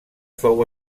fou